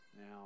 Now